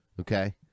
Okay